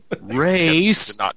race